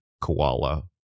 koala